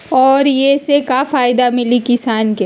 और ये से का फायदा मिली किसान के?